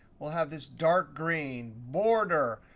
we'll have this dark green. border,